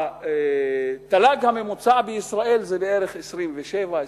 התל"ג הממוצע בישראל זה בערך 27 28,